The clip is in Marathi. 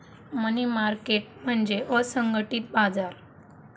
मनी मार्केट म्हणजे असंघटित बाजार